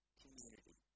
community